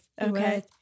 Okay